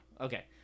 okay